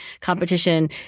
competition